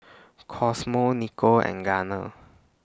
Cosmo Nico and Garner